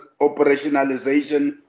operationalization